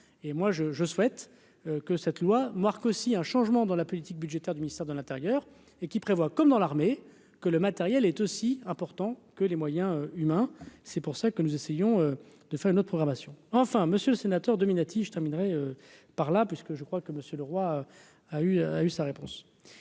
et moi je, je souhaite que cette loi marque aussi un changement dans la politique budgétaire du ministère de l'Intérieur et qui prévoit, comme dans l'armée que le matériel est aussi important que les moyens humains, c'est pour ça que nous essayons de faire notre programmation enfin monsieur le sénateur Dominati je terminerai par là parce que je crois que Monsieur Le Roi a eu, a eu sa réponse.